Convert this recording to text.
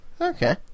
okay